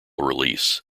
release